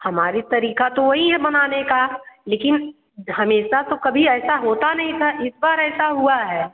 हमारी तरीका तो वही है बनाने का लेकिन हमेशा तो कभी ऐसा होता नहीं था इस बार ऐसा हुआ है